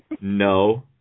No